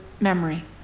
memory